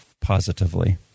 positively